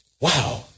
Wow